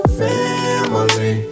family